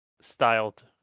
styled